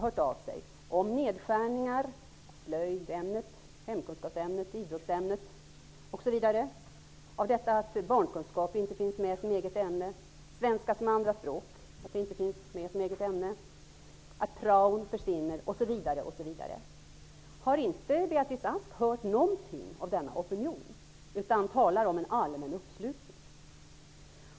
Det har gällt nedskärningar, slöjdämnet, hemkunskapsämnet, idrottsämnet, att barnkunskap och svenska som andra språk inte finns med som egna ämnen, att praon försvinner, osv., osv. Har inte Beatrice Ask hört någonting av denna opinion, eftersom hon talar om en allmän uppslutning?